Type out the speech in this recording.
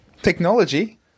Technology